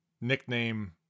nickname